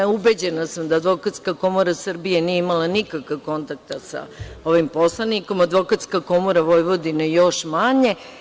Evo, ubeđena sam da Advokatska komora Srbije nije imala nikakav kontakt sa ovim poslanikom, Advokatska komora Vojvodine još manje.